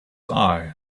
eye